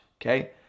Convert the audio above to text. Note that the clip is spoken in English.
okay